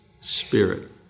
Spirit